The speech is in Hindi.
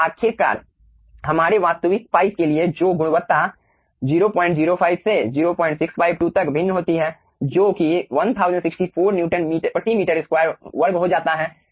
तो आखिरकार हमारे वास्तविक पाइप के लिए जो गुणवत्ता 005 से 0652 तक भिन्न होती है जो कि 1064 न्यूटन प्रति मीटर वर्ग हो जाता है